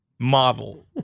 Model